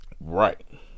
right